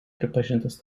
pripažintas